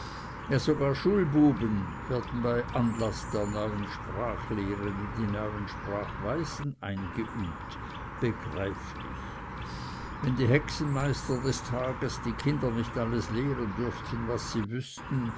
ja sogar schulbuben werden bei anlaß der neuen sprachlehren in die neuen sprachweisen eingeübt begreiflich wenn die hexenmeister des tages die kinder nicht alles lehren dürften was sie wüßten